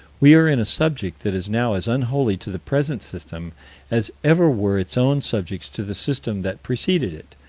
we are in a subject that is now as unholy to the present system as ever were its own subjects to the system that preceded it,